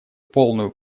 полную